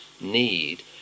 need